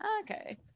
Okay